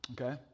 Okay